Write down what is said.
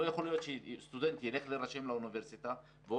לא יכול להיות שסטודנט ילך להירשם לאוניברסיטה והוא